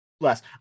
Less